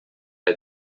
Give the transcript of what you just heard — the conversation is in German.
der